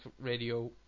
Radio